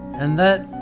and that.